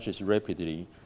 rapidly